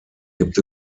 gibt